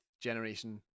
generation